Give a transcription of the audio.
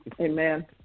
Amen